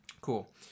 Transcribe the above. Cool